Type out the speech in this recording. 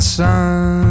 sun